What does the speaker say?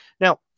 Now